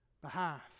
behalf